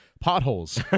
potholes